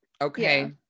Okay